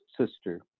sister